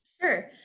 sure